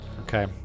Okay